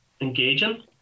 engaging